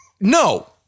no